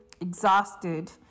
exhausted